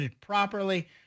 properly